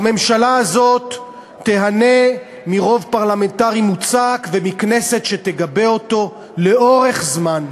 והממשלה הזאת תיהנה מרוב פרלמנטרי מוצק ומכנסת שתגבה אותה לאורך זמן.